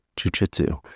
jiu-jitsu